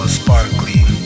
sparkly